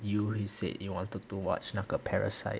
you who said you wanted to watch 那个 parasite